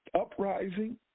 uprising